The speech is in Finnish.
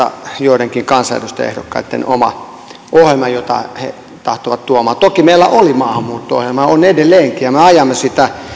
joidenkin kansanedustajaehdokkaitten oma ohjelma jota he tahtovat tuoda toki meillä oli maahanmuutto ohjelma ja on edelleenkin ja me ajamme sitä